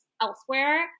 elsewhere